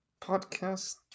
podcast